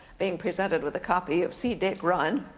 being presented with a copy of see dick run